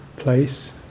place